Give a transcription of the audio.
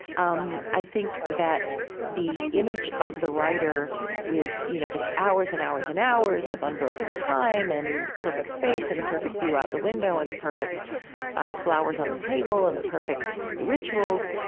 um i think that the image of the writer with you know just hours and hours and hours of unbroken time and the perfect space and the perfect view out the window and the perfect flowers on the table and the perfect rituals,